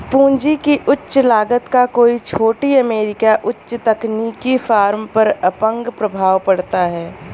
पूंजी की उच्च लागत का कई छोटी अमेरिकी उच्च तकनीकी फर्मों पर अपंग प्रभाव पड़ता है